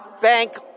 bank